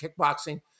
kickboxing